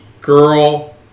girl